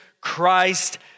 Christ